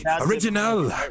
original